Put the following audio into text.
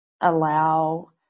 allow